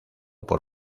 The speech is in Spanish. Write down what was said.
por